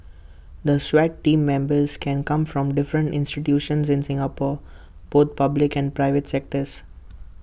the Swat Team Members can come from different institutions in Singapore both public and private sectors